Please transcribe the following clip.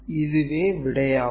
இதுவே விடையாகும்